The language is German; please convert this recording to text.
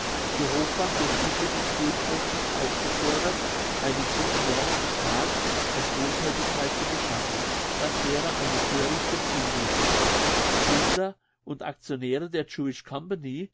die hochbank wird übrigens durchaus nicht aufgefordert einen so enormen betrag aus wohlthätigkeit zu beschaffen das wäre eine thörichte zumuthung die gründer und actionäre der